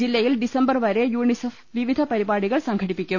ജില്ലയിൽ ഡിസംബർ വരെ യൂണിസെഫ് വിവിധ പരിപാടികൾ സംഘടിപ്പിക്കും